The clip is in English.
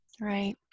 right